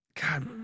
God